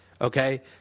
Okay